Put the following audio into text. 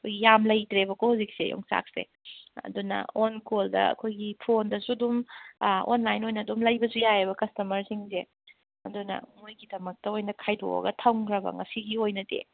ꯌꯥꯝ ꯂꯩꯇ꯭ꯔꯦꯕꯀꯣ ꯍꯧꯖꯤꯛꯁꯦ ꯌꯣꯡꯆꯥꯛꯁꯦ ꯑꯗꯨꯅ ꯑꯣꯟ ꯀꯣꯜꯗ ꯑꯩꯈꯣꯏꯒꯤ ꯐꯣꯟꯗꯁꯨ ꯑꯗꯨꯝ ꯑꯣꯟꯂꯥꯏꯟ ꯑꯣꯏꯅ ꯑꯗꯨꯝ ꯂꯩꯕꯁꯨ ꯌꯥꯏꯕ ꯀꯁꯇꯃꯔꯁꯤꯡꯁꯦ ꯑꯗꯨꯅ ꯃꯣꯏꯒꯤꯗꯃꯛꯇ ꯑꯣꯏꯅ ꯈꯥꯏꯗꯣꯛꯑꯒ ꯊꯝꯒ꯭ꯔꯕ ꯉꯁꯤꯒꯤ ꯑꯣꯏꯅꯗꯤ